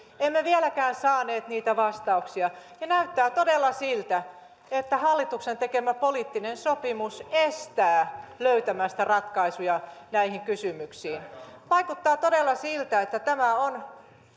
emme vieläkään saaneet niitä vastauksia ja näyttää todella siltä että hallituksen tekemä poliittinen sopimus estää löytämästä ratkaisuja näihin kysymyksiin vaikuttaa todella siltä että tämä on